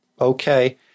okay